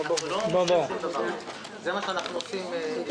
זה מה שאנחנו עושים.